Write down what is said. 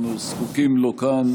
אנחנו זקוקים לו כאן,